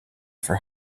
for